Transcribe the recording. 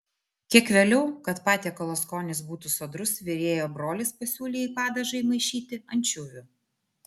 kiek vėliau kad patiekalo skonis būtų sodrus virėjo brolis pasiūlė į padažą įmaišyti ančiuvių